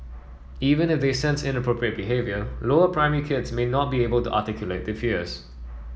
even if they sense inappropriate behaviour lower primary kids may not be able to articulate their fears